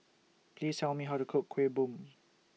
Please Tell Me How to Cook Kueh Bom